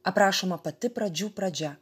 aprašoma pati pradžių pradžia